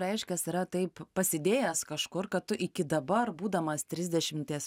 reiškias yra taip pasidėjęs kažkur kad tu iki dabar būdamas trisdešimties